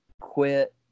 quit